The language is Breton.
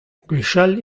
gwechall